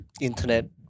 internet